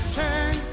turn